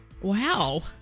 Wow